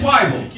Bible